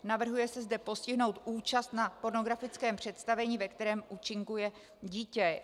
Navrhuje se zde postihnout účast na pornografickém představení, ve kterém účinkuje dítě.